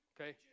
Okay